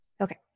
Okay